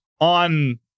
on